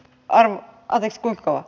en kuullut